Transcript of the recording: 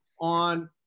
on